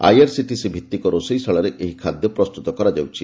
IRCTC ଭିତ୍ତିକ ରୋଷେଇଶାଳରେ ଏହି ଖାଦ୍ୟ ପ୍ରସ୍ତୁତ କରାଯାଉଛି